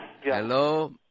Hello